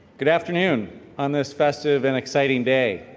good afternoon on this festive and exciting day.